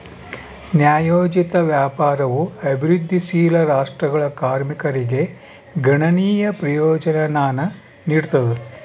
ನ್ಯಾಯೋಚಿತ ವ್ಯಾಪಾರವು ಅಭಿವೃದ್ಧಿಶೀಲ ರಾಷ್ಟ್ರಗಳ ಕಾರ್ಮಿಕರಿಗೆ ಗಣನೀಯ ಪ್ರಯೋಜನಾನ ನೀಡ್ತದ